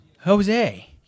Jose